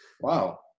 wow